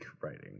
writing